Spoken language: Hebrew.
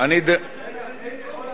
מה אכפת לך להעביר את זה בטרומית?